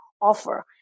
offer